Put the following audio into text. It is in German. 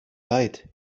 leid